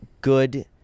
good